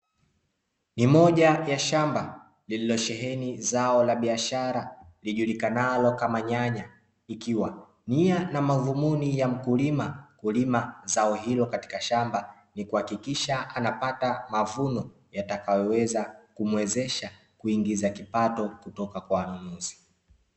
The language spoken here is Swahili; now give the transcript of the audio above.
Ni moja ya shamba lililosheheni zao la biashara lijulikanalo kama nyanya, ikiwa nia na madhumuni ya mkulima kulima zao hilo katika shamba, ni kuhakikisha anapata mavuno yatakayoweza kumuwezesha kuingizia kipato kutoka kwa wanunuzi.